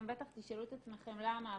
אתם בטח תשאלו את עצמכם למה,